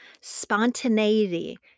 spontaneity